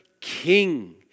king